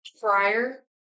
prior